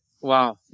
wow